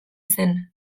zen